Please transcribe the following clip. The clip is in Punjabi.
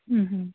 ਹੂੰ ਹੂੰ